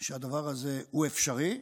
שהדבר הזה הוא אפשרי,